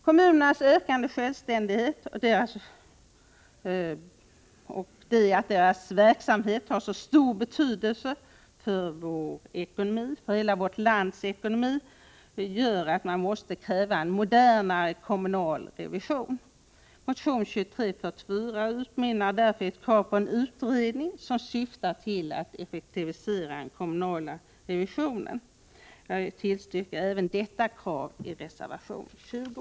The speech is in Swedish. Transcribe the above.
Kommunernas ökande självständighet och deras verksamhets stora betydelse för vårt lands ekonomi kräver en modernare syftar till att effektivisera den kommunala revisionen. Jag tillstyrker även detta krav i reservation 20.